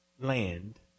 land